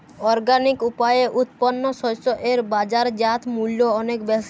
organic উপায়ে উৎপন্ন শস্য এর বাজারজাত মূল্য অনেক বেশি